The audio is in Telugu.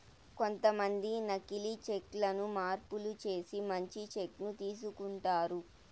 కొంతమంది నకీలి చెక్ లను మార్పులు చేసి మంచి చెక్ ను తీసుకుంటారు